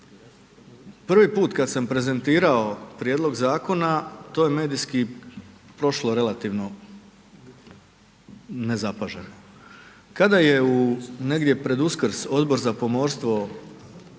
Prvi put kada sam prezentirao prijedlog zakona to je medijski prošlo relativno nezapaženo. Kada je u negdje pred Uskrs Odbor za pomorstvo